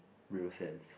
real sense